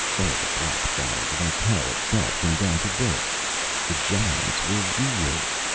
all the black battles against hell itself, came down to this the giants were real!